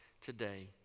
today